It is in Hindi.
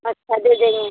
अच्छा दे देंगे